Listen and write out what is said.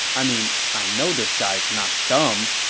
i mean, i know this guy is not dumb.